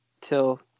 till